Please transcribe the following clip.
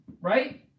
right